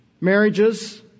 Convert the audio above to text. Marriages